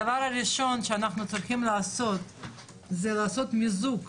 הדבר הראשון שאנחנו צריכים לעשות זה מיזוג,